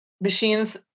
Machines